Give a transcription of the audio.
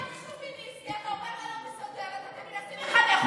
שוביניסט, מה שוביניסטי?